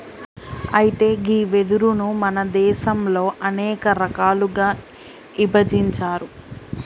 అయితే గీ వెదురును మన దేసంలో అనేక రకాలుగా ఇభజించారు